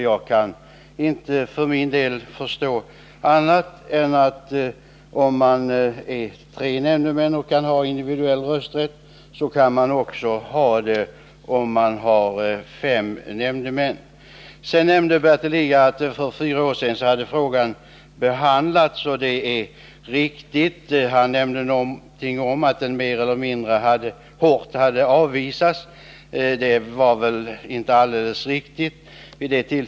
Jag kan för min del inte förstå annat än att om tre nämndemän kan ha individuell rösträtt så kan också fem nämndemän ha det. Sedan nämnde Bertil Lidgard att frågan behandlats för fyra år sedan. Det är riktigt. Han sade att förslaget mer eller mindre hårt hade avvisats. Det är väl inte alldeles riktigt.